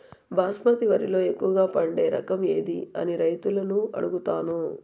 బాస్మతి వరిలో ఎక్కువగా పండే రకం ఏది అని రైతులను అడుగుతాను?